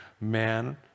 man